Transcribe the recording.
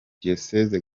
diyosezi